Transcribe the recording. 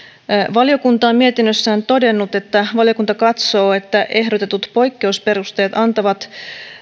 valiokunta on mietinnössään todennut että valiokunta katsoo että ehdotetut poikkeusperusteet antavat